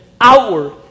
outward